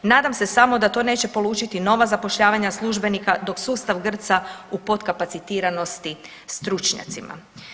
Nadam se damo da to neće polučiti nova zapošljavanja službenika dok sustav grca u potkapacitiranosti stručnjacima.